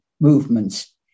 movements